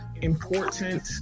important